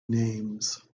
names